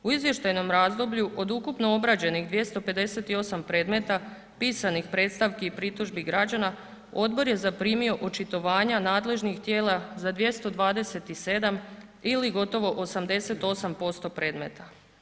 U izvještajnom razdoblju od ukupno obrađenih 258 predmeta pisanih predstavki i pritužbi građana odbor je zaprimio očitovanja nadležnih tijela za 227 ili gotovo 88% predmeta.